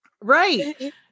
Right